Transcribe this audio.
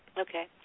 Okay